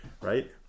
Right